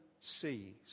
sees